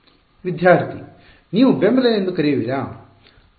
ವಿದ್ಯಾರ್ಥಿ ನೀವು ಬೆಂಬಲ ಎಂದು ಕರೆಯುವಿರಾ